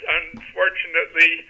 unfortunately